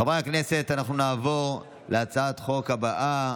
חברי הכנסת, אנחנו נעבור להצעת החוק הבאה,